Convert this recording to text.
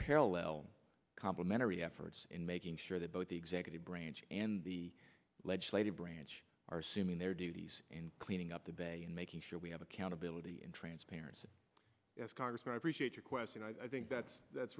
parallel complimentary efforts in making sure that both the executive branch and the legislative branch are simming their duties and cleaning up the bay and making sure we have accountability and transparency as congress and appreciate your question i think that's that's